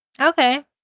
Okay